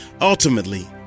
Ultimately